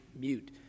mute